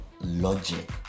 logic